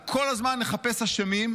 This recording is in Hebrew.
אם כל הזמן נחפש אשמים,